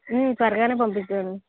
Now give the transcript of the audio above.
త్వరగా పంపింద్దును